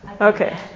Okay